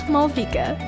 Malvika